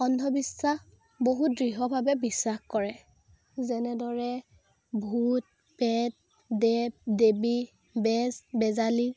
অন্ধবিশ্বাস বহুত দৃঢ়ভাৱে বিশ্বাস কৰে যেনেদৰে ভূত প্ৰেত দেৱ দেৱী বেজ বেজালি